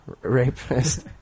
rapist